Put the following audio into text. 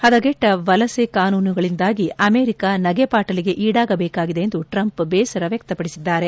ಪದಗೆಟ್ಟ ವಲಸೆ ಕಾನೂನುಗಳಿಂದಾಗಿ ಅಮೆರಿಕ ನಗೆ ಪಾಟಲಿಗೆ ಈಡಾಗಬೇಕಾಗಿದೆ ಎಂದು ಟ್ರಂಪ್ ಬೇಸರ ವ್ಯಕ್ತಪಡಿಸಿದರು